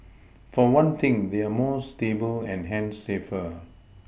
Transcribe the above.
for one thing they are more stable and hence safer